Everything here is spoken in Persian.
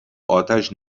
اتش